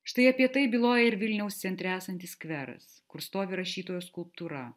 štai apie tai byloja ir vilniaus centre esantis skveras kur stovi rašytojo skulptūra